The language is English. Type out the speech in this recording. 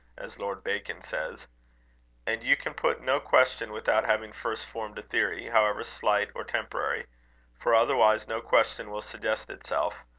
as lord bacon says and you can put no question without having first formed a theory, however slight or temporary for otherwise no question will suggest itself.